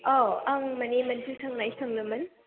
आं माने मोनसे सोंनाय सोंनोमोन